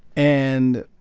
and